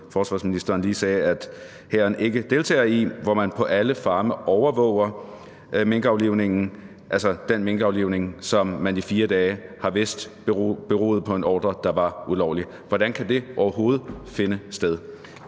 forsvarsministeren lige sagde at hæren ikke deltager i, hvor man på alle farme overvåger minkaflivningen, altså den lovgivning, som man i 4 dage har vidst beroede på en ordre, der var ulovlig. Hvordan kan det overhovedet finde sted?